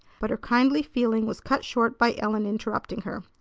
but her kindly feeling was cut short by ellen interrupting her.